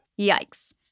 Yikes